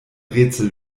rätsel